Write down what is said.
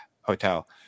hotel